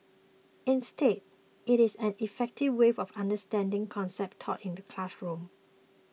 instead it is an effective way of understanding concepts taught in the classroom